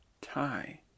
tie